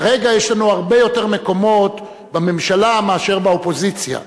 כרגע יש לנו הרבה יותר מקומות בממשלה מאשר באופוזיציה,